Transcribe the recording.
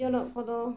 ᱡᱚᱱᱚᱜ ᱠᱚᱫᱚ